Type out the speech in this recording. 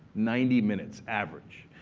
ninety minutes average.